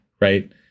Right